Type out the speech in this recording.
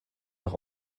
noch